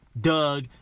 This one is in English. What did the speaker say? Doug